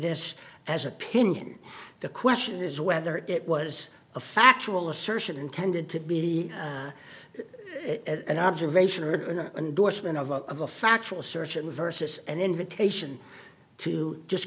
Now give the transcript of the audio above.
this as opinion the question is whether it was a factual assertion intended to be an observation of a factual search and versus an invitation to just